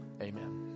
amen